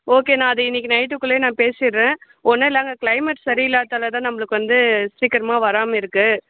okay நான் அதை இன்றைக்கு நைட்டுக்குள்ளையே நான் பேசிடுறேன் ஒன்னுமில்ல அங்கே க்ளைமேட் சரி இல்லாதால் தான் நம்மளுக்கு வந்து சீக்கிரமா வராமல் இருக்குது